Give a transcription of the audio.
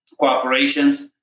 cooperations